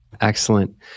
Excellent